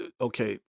okay